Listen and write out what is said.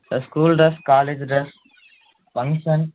sir school dress college dress function